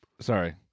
Sorry